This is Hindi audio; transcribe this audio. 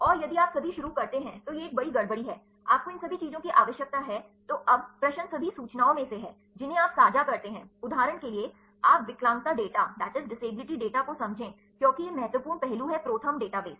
और यदि आप अभी शुरू करते हैं तो यह एक बड़ी गड़बड़ी है आपको इन सभी चीजों की आवश्यकता है तो अब प्रश्न सभी सूचनाओं में से है जिन्हें आप साझा करते हैं उदाहरण के लिए आप विकलांगता डेटा को समझें क्योंकि यह महत्वपूर्ण पहलू है ProTherm डेटाबेस